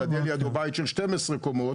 גדל לידו בית של 12 קומות,